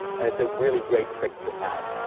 and it's a really great trick to have.